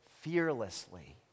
fearlessly